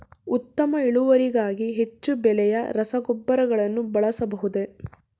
ಉತ್ತಮ ಇಳುವರಿಗಾಗಿ ಹೆಚ್ಚು ಬೆಲೆಯ ರಸಗೊಬ್ಬರಗಳನ್ನು ಬಳಸಬಹುದೇ?